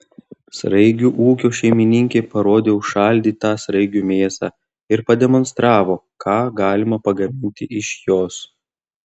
sraigių ūkio šeimininkė parodė užšaldytą sraigių mėsą ir pademonstravo ką galima pagaminti iš jos